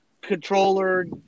Controller